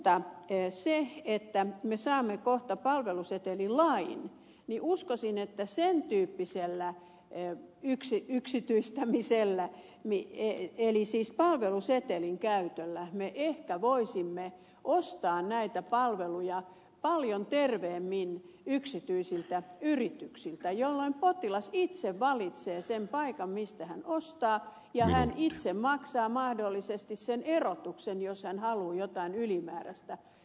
mutta kun me saamme kohta palvelusetelilain niin uskoisin että sen tyyppisellä yksityistämisellä eli siis palvelusetelin käytöllä me ehkä voisimme ostaa näitä palveluja paljon terveemmin yksityisiltä yrityksiltä jolloin potilas itse valitsee sen paikan mistä hän ostaa ja hän itse maksaa mahdollisesti sen erotuksen jos hän haluaa jotain ylimääräistä